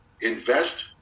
invest